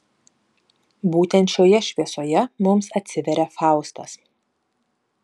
būtent šioje šviesoje mums atsiveria faustas